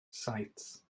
saets